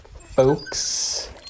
folks